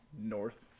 North